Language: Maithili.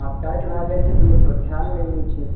आ टाइट भए जाइत छै तऽ लोककेँ खायल नहि होयत छै